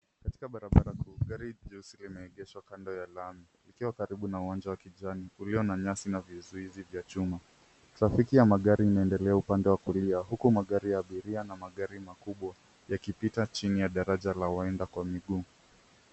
Katika barabara kuu gari jeusi limeegeshwa kando ya lami, likiwa karibu na uwanja wa kijani ulio na nyasi na vizuizi vya chuma. Trafiki ya magari inaendelea upande wa kulia huku magari ya abiria na magari makubwa yakipita chini ya daraja la waenda kwa miguu.